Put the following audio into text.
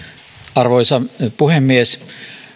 arvoisa puhemies